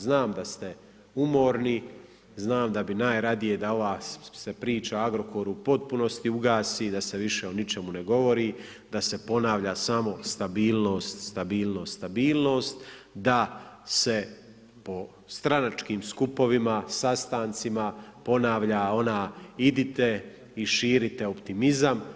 Znam da ste umorni, znam da bi najradije da se ova priča o Agrokoru u potpunosti ugasi i da se više o ničemu ne govori, da se ponavlja samo stabilnost, stabilnost, stabilnost, da se po stranačkim skupovima, sastancima ponavlja ona, idite i širite optimizam.